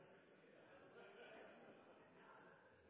president!